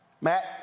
Matt